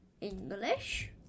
english